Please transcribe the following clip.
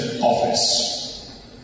Office